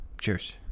Cheers